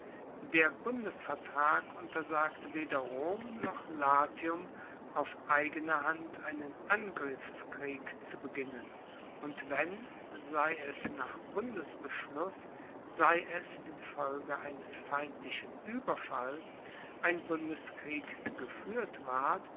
der bundesvertrag untersagte weder rom noch latium auf eigene hand einen angriffskrieg zu beginnen und wenn sei es nach bundesschluss sei es infolge eines feindlichen ueberfalls ein bundeskrieg gefuehrt ward